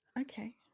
okay